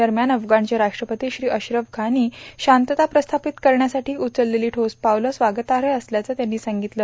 दरम्यान अफगाणचे राष्ट्रपती श्री अश्रफ घानी शांतता प्रस्थापित करण्यासाठी उचललेली ठोस पावलं स्वागतार्ह असल्याचं ते म्हणाले